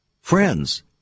Friends